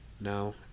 No